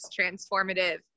transformative